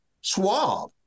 swab